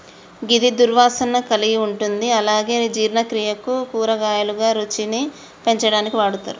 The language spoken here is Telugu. గిది దుర్వాసన కలిగి ఉంటుంది అలాగే జీర్ణక్రియకు, కూరగాయలుగా, రుచిని పెంచడానికి వాడతరు